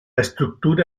estructura